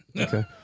Okay